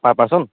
per person